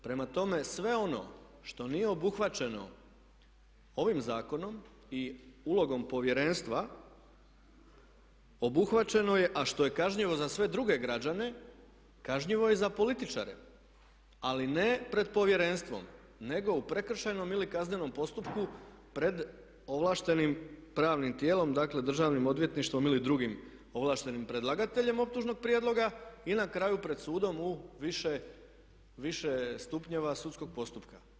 Prema tome, sve ono što nije obuhvaćeno ovim zakonom i ulogom Povjerenstva obuhvaćeno je, a što je kažnjivo za sve druge građane kažnjivo je i za političare, ali ne pred Povjerenstvom nego u prekršajnom ili kaznenom postupku pred ovlaštenim pravnim tijelom, dakle Državnim odvjetništvom ili drugim ovlaštenim predlagateljem optužnog prijedloga i na kraju pred sudom u više stupnjeva sudskog postupka.